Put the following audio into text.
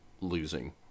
losing